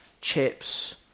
Chips